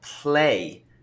play